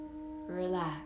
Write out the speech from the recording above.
relax